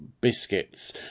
biscuits